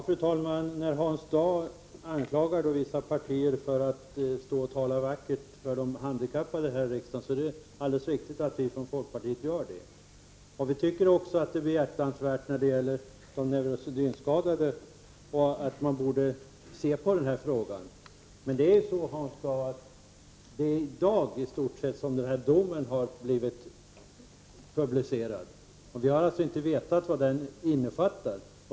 Fru talman! Hans Dau anklagar vissa partier för att här i riksdagen tala vackert för de handikappade, och det är helt riktigt att vi i folkpartiet gör det. Vi tycker också att det är behjärtansvärt att tala för de neurosedynskadade och att man borde se på den här frågan. Denna dom har publicerats i dag, och vi har alltså inte vetat vad den innefattar.